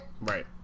right